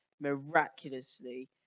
miraculously